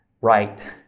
right